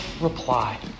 reply